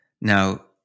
now